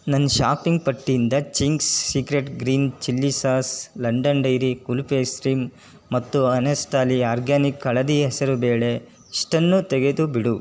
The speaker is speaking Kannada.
ನನ್ನ ಶಾಪಿಂಗ್ ಪಟ್ಟಿಯಿಂದ Ching's secret green chilli sauce London dairy kulfi ice cream ಮತ್ತು ಆನೆಸ್ಟ್ಲಿ ಆರ್ಗ್ಯಾನಿಕ್ ಹಳದಿ ಹೆಸರು ಬೇಳೆ ಇಷ್ಟನ್ನೂ ತೆಗೆದು ಬಿಡು